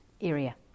area